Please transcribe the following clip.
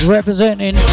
Representing